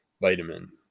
vitamin